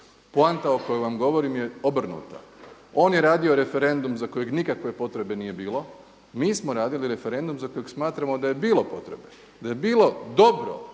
Poanta o kojoj vam govorim je obrnuta. On je radio referendum za kojeg nikakve potrebe nije bilo. Mi smo radili referendum za kojeg smatramo da je bilo potrebe, da je bilo dobro